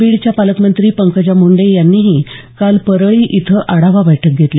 बीडच्या पालकमंत्री पंकजा मुंडे यांनीही काल परळी इथं आढावा बैठक घेतली